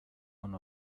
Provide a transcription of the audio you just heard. one